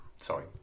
Sorry